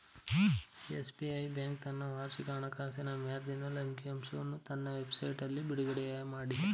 SBI bank ತನ್ನ ವಾರ್ಷಿಕ ಹಣಕಾಸಿನ ಮಾರ್ಜಿನಲ್ ಅಂಕಿ ಅಂಶವನ್ನು ತನ್ನ ವೆಬ್ ಸೈಟ್ನಲ್ಲಿ ಬಿಡುಗಡೆಮಾಡಿದೆ